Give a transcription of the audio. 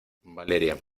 valeria